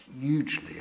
hugely